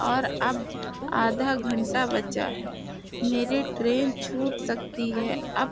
اور اب آدھا گھنٹہ بچا ہے میری ٹرین چھوٹ سکتی ہے اب